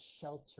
shelter